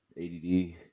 ADD